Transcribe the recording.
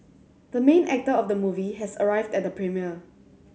the main actor of the movie has arrived at the premiere